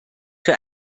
für